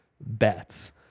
bets